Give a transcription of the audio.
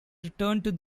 returned